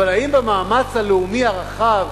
אבל האם במאמץ הלאומי הרחב